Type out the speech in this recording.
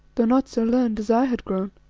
though not so learned as i had grown.